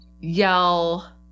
yell